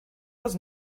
was